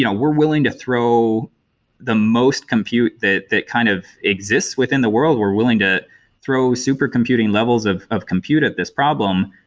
you know we're willing to throw the most compute that that kind of exists within the world. we're willing to throw supercomputing levels of of compute at this problem,